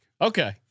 Okay